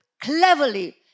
cleverly